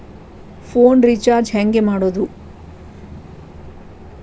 Phone recharge ಹೆಂಗೆ ಮಾಡೋದು?